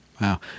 Wow